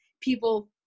people